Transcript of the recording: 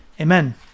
Amen